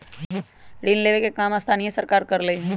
ऋण लेवे के काम स्थानीय सरकार करअलई